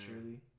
truly